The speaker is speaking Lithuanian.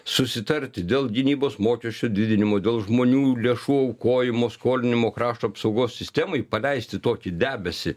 susitarti dėl gynybos mokesčių didinimo dėl žmonių lėšų aukojimo skolinimo krašto apsaugos sistemai paleisti tokį debesį